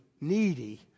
needy